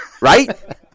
right